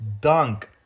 dunk